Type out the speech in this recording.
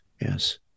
Yes